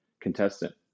contestant